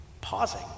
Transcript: pausing